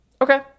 Okay